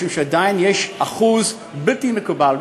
משום שעדיין יש אחוז בלתי מתקבל על